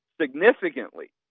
significantly